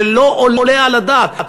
זה לא עולה על הדעת.